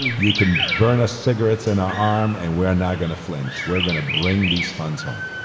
you can burn a cigarette in our arm and we are not going to flinch. we're going to bring these funds home.